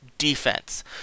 defense